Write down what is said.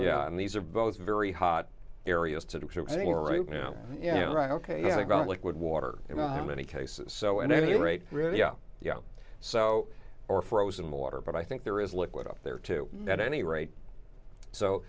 yeah and these are both very hot areas to explore right now yeah right ok i got liquid water you know how many cases so at any rate really yeah yeah so or frozen water but i think there is liquid up there too at any rate so